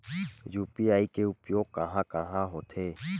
UPI के उपयोग कहां कहा होथे?